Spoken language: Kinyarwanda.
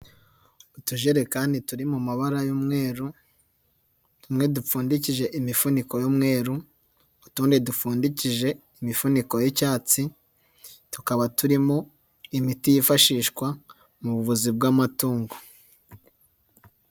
Utujerekani turi mu mabara y'umweru, tumwe dupfundikije imifuniko y'umweru, utundi dupfundikije imifuniko y'icyatsi, tukaba turimo imiti yifashishwa mu buvuzi bw'amatungo.